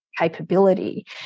capability